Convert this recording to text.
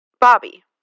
Bobby